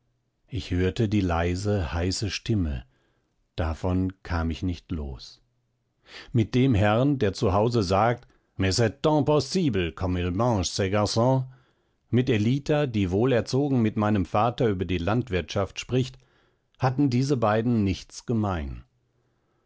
ich hörte die leise heiße stimme davon kam ich nicht los mit dem herren der zu hause sagt mais c'est impossible comme il mange ce garon mit ellita die wohlerzogen mit meinem vater über die landwirtschaft spricht hatten diese beiden nichts gemein